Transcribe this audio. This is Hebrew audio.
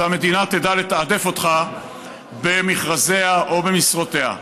והמדינה תדע לתעדף אותך במכרזיה או במשרותיה.